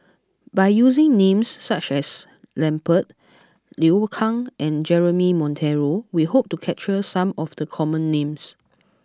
by using names such as Lambert Liu Kang and Jeremy Monteiro we hope to capture some of the common names